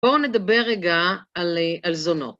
בואו נדבר רגע על זונות.